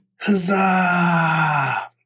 Huzzah